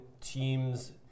teams